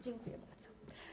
Dziękuję bardzo.